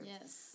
Yes